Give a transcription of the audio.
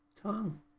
tongue